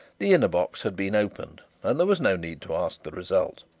the inner box had been opened and there was no need to ask the result.